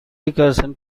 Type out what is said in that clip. recursion